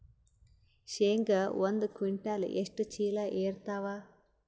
ಶೇಂಗಾ ಒಂದ ಕ್ವಿಂಟಾಲ್ ಎಷ್ಟ ಚೀಲ ಎರತ್ತಾವಾ?